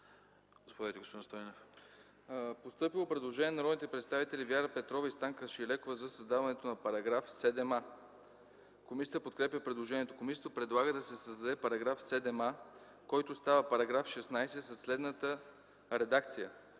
ДРАГОМИР СТОЙНЕВ: Постъпило е предложение на народните представители Вяра Петрова и Станка Шайлекова за създаването на § 7а. Комисията подкрепя предложението. Комисията предлага да се създаде § 7а, който става § 16 със следната редакция: